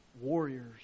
warriors